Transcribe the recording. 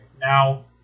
Now